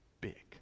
big